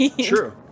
true